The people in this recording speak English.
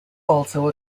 also